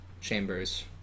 chambers